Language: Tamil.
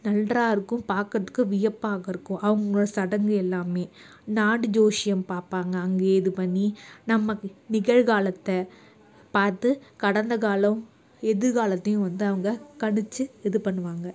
நன்றாக இருக்கும் பார்க்குறதுக்கு வியப்பாக இருக்கும் அவங்க சடங்கு எல்லாமே நாடி ஜோசியம் பார்ப்பாங்க அங்கேயே இது பண்ணி நம்ம நிகழ்காலத்தை பார்த்து கடந்த காலம் எதிர்காலத்தையும் வந்து அவங்க கணிச்சு இது பண்ணுவாங்க